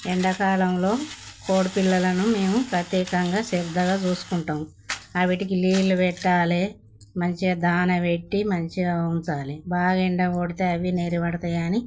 ఎండాకాలంలో కోడిపిల్లలను మేము ప్రత్యేకంగా శ్రద్ధగా చూసుకుంటాం అవి వాటికి నీళ్ళు పెట్టాలి మంచిగా దాన పెట్టి మంచిగా ఉంచాలి బాగా ఎండ కొడితే అవి నేరుపడతాయని